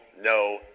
no